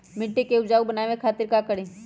मिट्टी के उपजाऊ बनावे खातिर का करी?